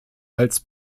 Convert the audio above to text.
als